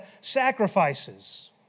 sacrifices